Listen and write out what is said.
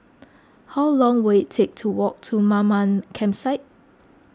how long will it take to walk to Mamam Campsite